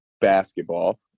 Basketball